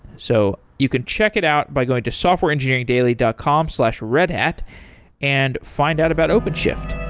so you could check it out by going to softwareengineeringdaily dot com slash redhat and find out about openshift